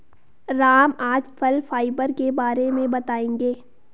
राम आज फल फाइबर के बारे में बताएँगे